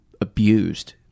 abused